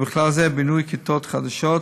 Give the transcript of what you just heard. ובכלל זה בינוי כיתות חדשות,